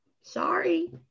Sorry